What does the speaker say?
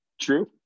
True